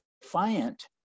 defiant